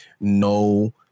no